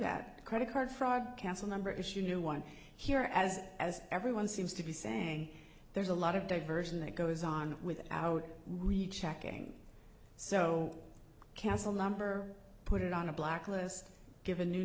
that credit card fraud cancel number issue no one here as as everyone seems to be saying there's a lot of diversion that goes on without really checking so castle number put it on a blacklist give a new